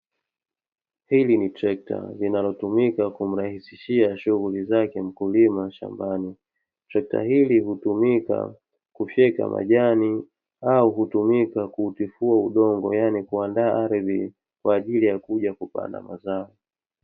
Hili ni trekta linalotumika kumrahisishia shughuli zake mkulima shambani. Trekta hili hutumika kufyeka majani, au hutumika kutifua udongo yaani kuandaa ardhi kwa ajili ya kuja kupanda mazao.